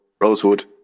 rosewood